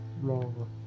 wrong